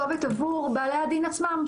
וגם כתובת עבור בעלי הדין עצמם,